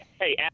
hey